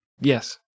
Yes